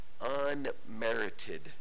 unmerited